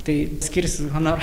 tai skirsim honorą